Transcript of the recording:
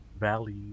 valley